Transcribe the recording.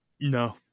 No